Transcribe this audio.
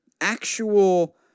actual